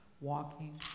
walking